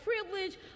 privilege